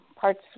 parts